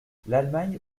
l’allemagne